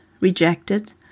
rejected